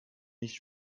nicht